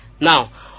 Now